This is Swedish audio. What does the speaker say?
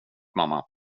mamma